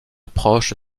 proche